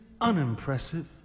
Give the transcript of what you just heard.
unimpressive